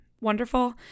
wonderful